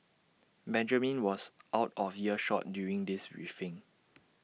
Benjamin was out of earshot during this briefing